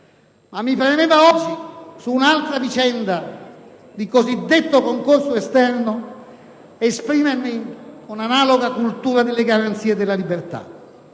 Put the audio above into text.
Mi premeva oggi, su un'altra vicenda di cosiddetto concorso esterno, esprimermi con analoga cultura delle garanzie e della libertà